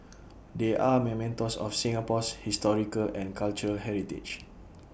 they are mementos of Singapore's historical and cultural heritage